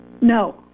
No